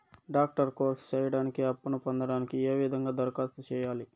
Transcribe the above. Doctor course సేయడానికి అప్పును పొందడానికి ఏ విధంగా దరఖాస్తు సేయాలి?